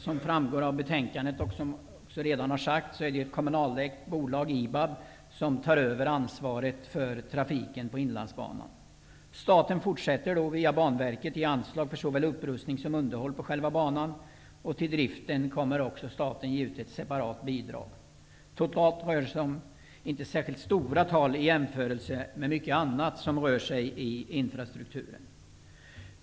Som framgår av betänkandet skall ett kommunalägt bolag IBAB ta över ansvaret för trafiken på Inlandsbanan. Staten fortsätter att via Banverket ge anslag för såväl upprustning som underhåll av själva banan. Till driften kommer staten att utbetala ett separat bidrag. Totalt rör det sig inte om särskilt stora summor i jämförelse med mycket annat som rör infrastrukturen.